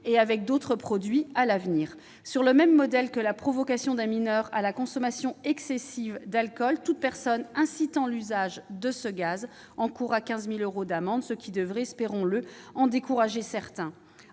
exposés aujourd'hui et à l'avenir. Sur le même modèle que la provocation d'un mineur à la consommation excessive d'alcool, toute personne incitant à l'usage de ce gaz encourra 15 000 euros d'amende, ce qui devrait, espérons-le, en décourager certains.